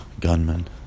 gunman